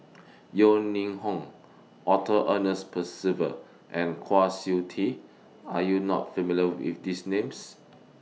Yeo Ning Hong Arthur Ernest Percival and Kwa Siew Tee Are YOU not familiar with These Names